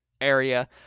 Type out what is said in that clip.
area